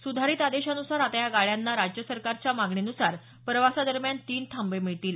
सुधारित आदेशांनुसार आता या गाड्यांना राज्य सरकारच्या मागणीनुसार प्रवासादरम्यान तीन थांबे मिळतील